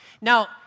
Now